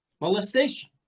molestation